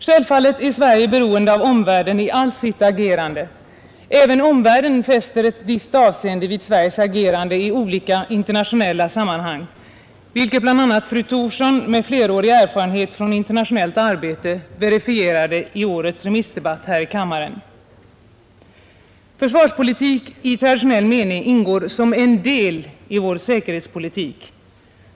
Självfallet är Sverige beroende av omvärlden i allt sitt agerande — även omvärlden fäster ett visst avseende vid Sveriges agerande i olika internationella sammanhang, vilket bl.a. fru Thorsson med flerårig erfarenhet från internationellt arbete verifierade i årets remissdebatt här i kammaren. Försvarspolitiken i traditionell mening ingår som en del i vår säkerhetspolitik.